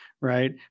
Right